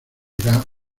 irá